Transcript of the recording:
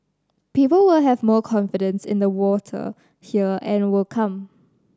people will have more confidence in the water here and will come